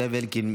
זאב אלקין,